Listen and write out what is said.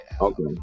Okay